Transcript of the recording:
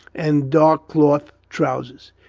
and dark cloth trousers.